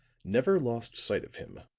never lost sight of him.